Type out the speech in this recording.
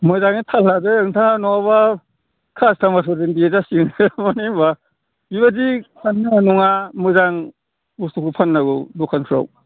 मोजाङै थाल लादो नोंथां नङाबा कासट'मारफोरजों देजासिगोनसो माने बिदिबा बेबादि जाया नङा मोजां बुस्थुखौ फाननांगौ दखानफ्राव